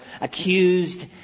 accused